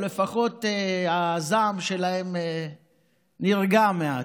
או לפחות הזעם שלהם נרגע מעט.